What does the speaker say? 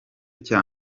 cya